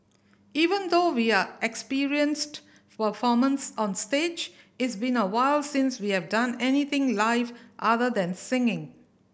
even though we are experienced performers on stage it's been a while since we have done anything live other than singing